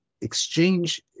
exchange